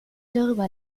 darüber